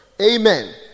Amen